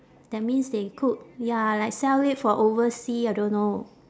that means they cook ya like sell it for overseas I don't know